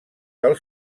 del